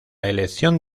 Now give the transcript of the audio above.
elección